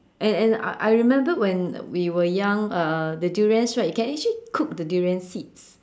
and and I I remembered when we were young uh the durians right you can actually cook the durian seeds